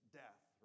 death